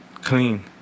clean